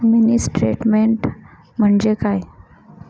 Mini statement म्हणजे काय?